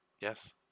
Yes